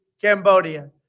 Cambodia